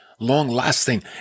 long-lasting